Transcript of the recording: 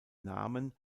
namen